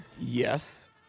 Yes